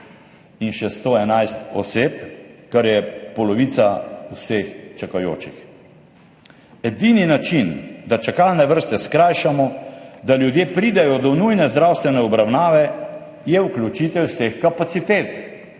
in še 111 oseb, kar je polovica vseh čakajočih. Edini način, da čakalne vrste skrajšamo, da ljudje pridejo do nujne zdravstvene obravnave, je vključitev vseh kapacitet.